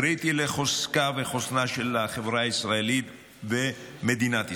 קריטי לחוזקה ולחוסנה של החברה הישראלית במדינת ישראל.